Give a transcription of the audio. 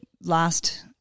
last